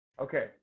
okay